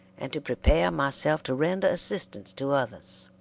and to prepare myself to render assistance to others.